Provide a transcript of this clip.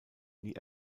nie